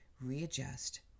readjust